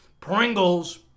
Pringles